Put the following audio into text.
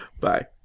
Bye